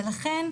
ולכן,